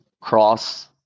cross